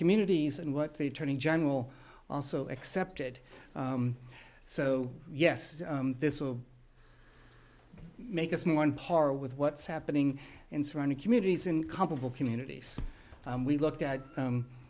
communities and what the attorney general also accepted so yes this will make us more on par with what's happening in surrounding communities in comparable communities we looked at